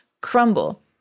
crumble